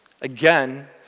again